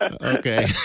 okay